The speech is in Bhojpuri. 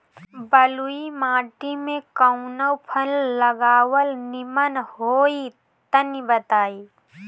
बलुई माटी में कउन फल लगावल निमन होई तनि बताई?